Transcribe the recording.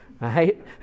right